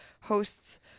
hosts